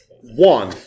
One